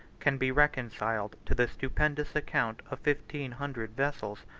can be reconciled to the stupendous account of fifteen hundred vessels,